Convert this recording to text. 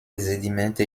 sedimente